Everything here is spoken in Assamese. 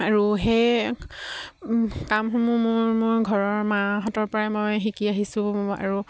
আৰু সেই কামসমূহ মোৰ মোৰ ঘৰৰ মাহঁতৰ পৰাই মই শিকি আহিছোঁ আৰু